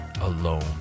alone